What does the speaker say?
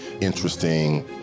interesting